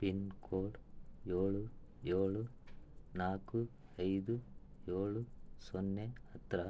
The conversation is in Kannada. ಪಿನ್ ಕೋಡ್ ಏಳು ಏಳು ನಾಲ್ಕು ಐದು ಏಳು ಸೊನ್ನೆ ಹತ್ತಿರ